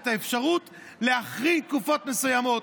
להחריג תקופות מסוימות.